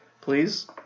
please